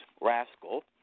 Rascal